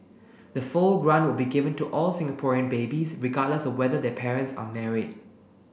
the full grant will be given to all Singaporean babies regardless of whether their parents are married